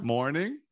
Morning